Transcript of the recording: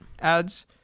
ads